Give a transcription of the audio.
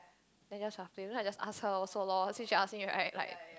then just harping then I ask her also lor since she ask me right like